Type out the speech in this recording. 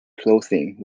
clothing